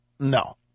No